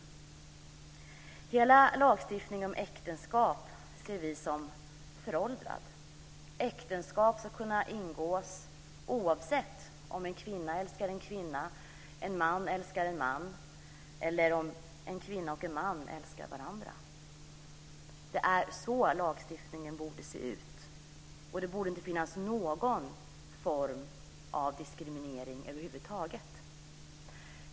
Vi ser hela lagstiftningen om äktenskap som föråldrad. Äktenskap ska kunna ingås oavsett om en kvinna älskar en kvinna, en man älskar en man eller en kvinna och en man älskar varandra. Det är så lagstiftningen borde se ut. Det borde inte finnas någon form av diskriminering över huvud taget.